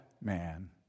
man